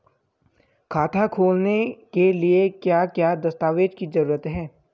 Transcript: खाता खोलने के लिए क्या क्या दस्तावेज़ की जरूरत है?